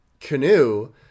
canoe